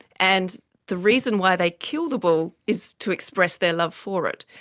and the reason why they kill the bull is to express their love for it.